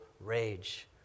rage